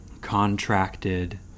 contracted